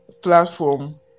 platform